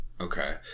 Okay